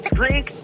drink